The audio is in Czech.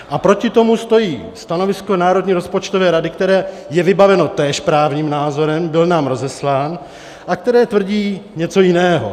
A proti tomu stojí stanovisko Národní rozpočtové rady, které je vybaveno též právním názorem, byl nám rozeslán, a které tvrdí něco jiného.